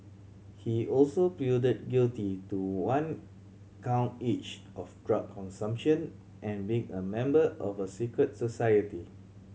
he also pleaded guilty to one count each of drug consumption and being a member of a secret society